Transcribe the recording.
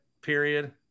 period